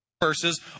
Verses